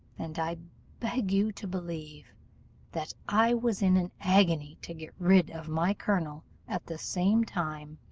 and i beg you to believe that i was in an agony, to get rid of my colonel at the same time